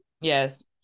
Yes